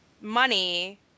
money